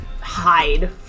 Hide